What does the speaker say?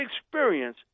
experience